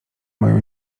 moją